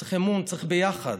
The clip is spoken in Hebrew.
צריך אמון, צריך ביחד.